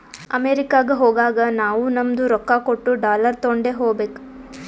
ಅಮೆರಿಕಾಗ್ ಹೋಗಾಗ ನಾವೂ ನಮ್ದು ರೊಕ್ಕಾ ಕೊಟ್ಟು ಡಾಲರ್ ತೊಂಡೆ ಹೋಗ್ಬೇಕ